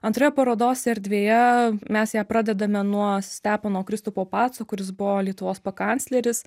antroje parodos erdvėje mes ją pradedame nuo stepono kristupo paco kuris buvo lietuvos pakancleris